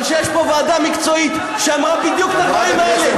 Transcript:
אבל כשיש פה ועדה מקצועית שאמרה בדיוק את הדברים האלה,